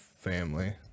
family